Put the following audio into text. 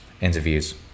interviews